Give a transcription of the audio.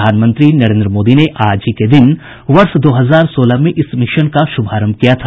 प्रधानमंत्री नरेन्द्र मोदी ने आज ही के दिन वर्ष दो हजार सोलह में इस मिशन का शुभारंभ किया था